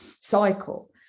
cycle